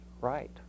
right